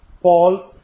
Paul